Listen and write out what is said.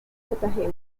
cartagena